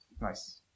Nice